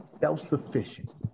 self-sufficient